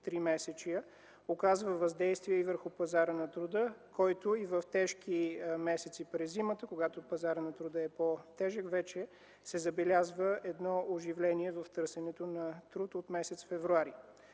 тримесечия оказва въздействие и върху пазара на труда, който и в тежките месеци през зимата, когато пазарът на труда е по-тежък, вече се забелязва оживление в търсенето на труд от м. февруари.